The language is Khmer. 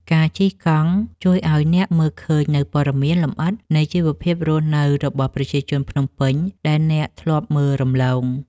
ការជិះកង់ជួយឱ្យអ្នកមើលឃើញនូវព័ត៌មានលម្អិតនៃជីវភាពរស់នៅរបស់ប្រជាជនភ្នំពេញដែលអ្នកធ្លាប់មើលរំលង។